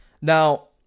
Now